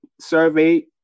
survey